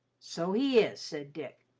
so he is, said dick.